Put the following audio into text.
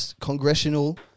congressional